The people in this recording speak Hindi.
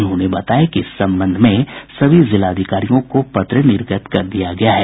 उन्होंने बताया कि इस संबंध में सभी जिलाधिकारियों को पत्र निर्गत कर दिया गया है